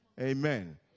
Amen